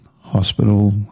hospital